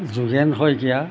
Jogen Saikia